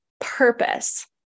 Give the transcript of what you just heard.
purpose